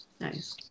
Nice